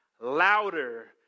louder